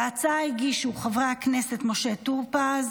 את ההצעה הגישו חברי הכנסת משה טורפז,